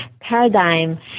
paradigm